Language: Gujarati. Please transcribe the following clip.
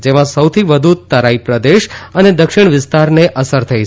જેમાં સૌથી વધુ તરાઇ પ્રદેશ અને દક્ષિણ વિસ્તારને અસર થઇ છે